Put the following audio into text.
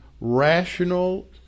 rational